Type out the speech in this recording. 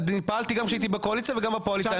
פעלתי גם כשהייתי בקואליציה וגם באופוזיציה.